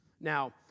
Now